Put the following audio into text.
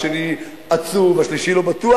השני עצוב והשלישי לא בטוח,